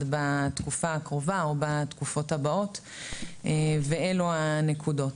בתקופה הקרובה או בתקופות הבאות ואלו הנקודות: